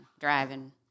driving